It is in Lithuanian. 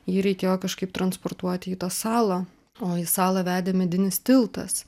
jį reikėjo kažkaip transportuoti į tą salą o į salą vedė medinis tiltas